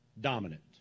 dominant